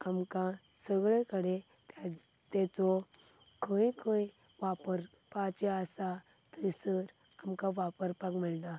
आमकां सगळे कडेन ताचो खंय खंय वापरपाचे आसा थंयसर आमकां वापरपाक मेळटा